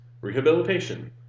rehabilitation